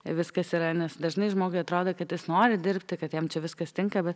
viskas yra nes dažnai žmogui atrodo kad jis nori dirbti kad jam čia viskas tinka bet